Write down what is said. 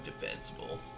defensible